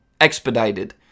expedited